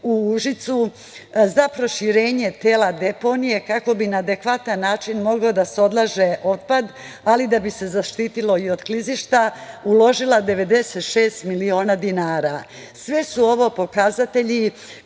u Užicu za proširenje dela deponije kako bi na adekvatan način mogla da se odlaže otpad, ali da bi se zaštitilo i od klizišta, uložila 96 miliona dinara. Sve su ovo pokazatelji